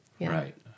Right